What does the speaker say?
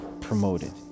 promoted